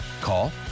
Call